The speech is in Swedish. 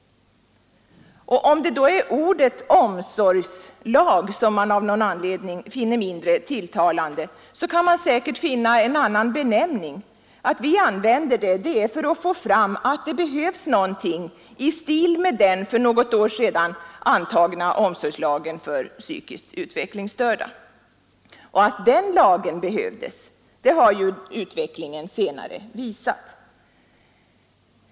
Om det är ordet omsorgslag som man av någon anledning finner mindre tilltalande, så går det säkert att finna en annan benämning. Vi använder det ordet för att få fram att det behövs någonting i stil med den för något år sedan antagna omsorgslagen för psykiskt utvecklingsstörda. Och att den lagen behövdes, har ju utvecklingen senare visat.